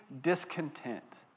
discontent